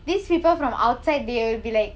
these people from outside they will be like